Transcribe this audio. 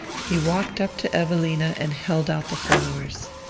he walked up to evelina and held out the flowers.